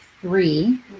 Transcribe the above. three